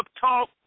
talk